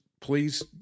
please